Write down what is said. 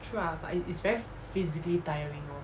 poor but it is very physically tiring lor